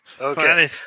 Okay